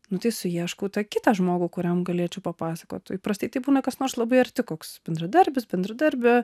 nu tai suieškau tą kitą žmogų kuriam galėčiau papasakot o įprastai tai būna kas nors labai arti koks bendradarbis bendradarbė